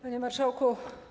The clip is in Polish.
Panie Marszałku!